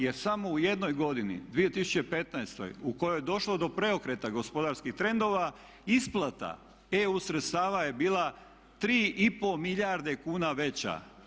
Jer samo u jednoj godini 2015. u kojoj je došlo do preokreta gospodarskih trendova isplata EU sredstava je bila 3 i pol milijarde kuna veća.